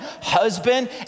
husband